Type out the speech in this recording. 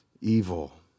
evil